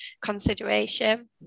consideration